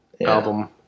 album